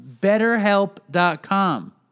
betterhelp.com